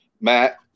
Matt